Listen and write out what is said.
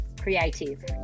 creative